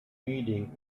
meeting